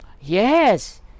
Yes